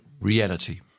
reality